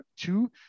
two